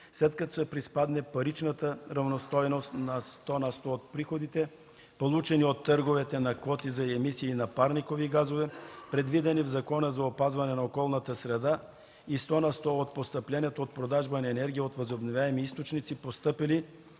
след като се приспадне паричната равностойност на сто на сто от приходите, получени от търговете на квоти за емисии на парникови газове, предвидени в Закона за опазване на околната среда и сто на сто от постъпленията от продажбата на енергия от възобновяеми източници, постъпили